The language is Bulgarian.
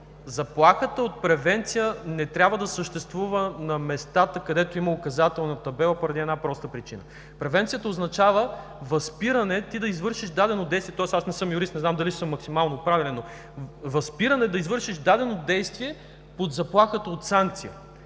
Заплахата от превенция не трябва да съществува на местата, където има указателна табела поради една проста причина. Превенцията означава възпиране да извършиш дадено действие – аз не съм юрист, не знам дали съм максимално точен, но възпиране да извършиш дадено действие под заплахата от санкция.